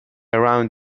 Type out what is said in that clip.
around